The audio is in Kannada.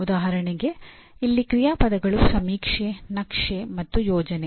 ಉದಾಹರಣೆಗೆ ಇಲ್ಲಿ ಕ್ರಿಯಾಪದಗಳು ಸಮೀಕ್ಷೆ ನಕ್ಷೆ ಮತ್ತು ಯೋಜನೆ